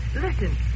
Listen